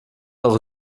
eure